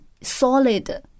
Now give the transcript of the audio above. solid